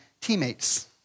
teammates